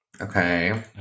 okay